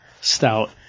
stout